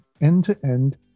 end-to-end